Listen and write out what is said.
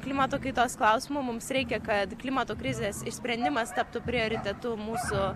klimato kaitos klausimu mums reikia kad klimato krizės išsprendimas taptų prioritetu mūsų